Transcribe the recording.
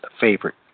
favorite